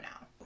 now